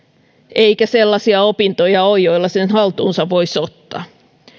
eikä sellaisia opintoja ole joilla sen haltuunsa voisi ottaa